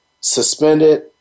suspended